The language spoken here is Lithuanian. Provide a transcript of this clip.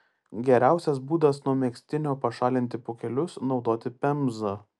geriausias būdas nuo megztinio pašalinti pūkelius naudoti pemzą